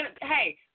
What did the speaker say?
hey